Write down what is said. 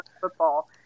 football